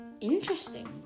Interesting